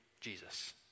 Jesus